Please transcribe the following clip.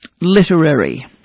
literary